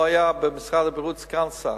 במשרד הבריאות סגן שר.